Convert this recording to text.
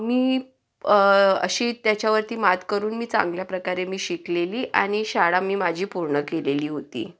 मी अशी त्याच्यावरती मात करून मी चांगल्या प्रकारे मी शिकलेली आणि शाळा मी माझी पूर्ण केलेली होती